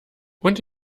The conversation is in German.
und